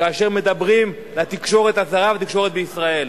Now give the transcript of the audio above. כאשר מדברים בתקשורת הזרה ובתקשורת בישראל.